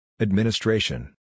Administration